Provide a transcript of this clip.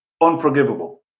unforgivable